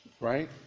right